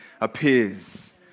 appears